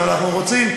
אבל אנחנו רוצים,